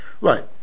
right